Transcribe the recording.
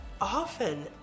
often